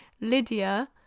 Lydia